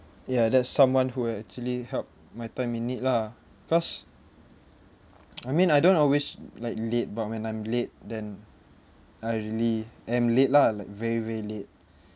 ya that's someone who actually help my time in need lah cause I mean I don't always like late but when I'm late then I really am late lah like very very late